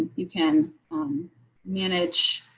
you can um manage